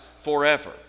forever